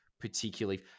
particularly